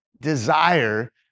desire